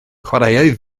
chwaraea